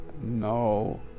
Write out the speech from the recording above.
no